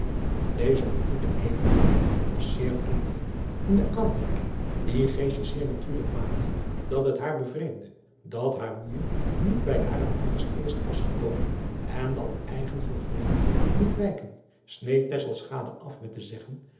eze ontmoeting evenwel was zeer vriendelijk en de aanmerking die zeer natuurlijk maakte dat het haar bevreemdde dat haar moeije niet bij hare ouders eerst was gekomen en dat eigen voor vreemd moet wijken sneed af met te zeggen